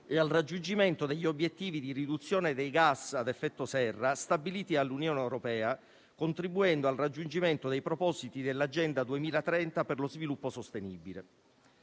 e al raggiungimento degli obiettivi di riduzione dei gas a effetto serra stabiliti dall'Unione europea, contribuendo al raggiungimento dei propositi dell'Agenda 2030 per lo sviluppo sostenibile.